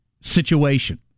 situation